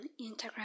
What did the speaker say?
Instagram